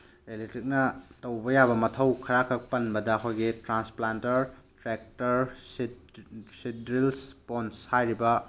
ꯏꯂꯦꯛꯇ꯭ꯔꯤꯛꯅ ꯇꯧꯕ ꯌꯥꯕ ꯃꯊꯧ ꯈꯔꯈꯛ ꯄꯟꯕꯗ ꯑꯩꯈꯣꯏꯒꯤ transplanter tractor seed seed drills ꯄꯣꯟꯁ ꯍꯥꯏꯔꯤꯕ